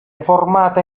formata